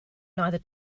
neither